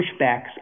pushbacks